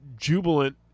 jubilant